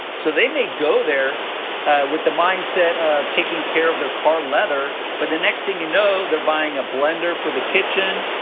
so they may go there with the mindset of taking care of their car leather, but the next thing you know, they're buying a blender for the kitchen,